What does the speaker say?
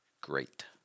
great